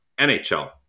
NHL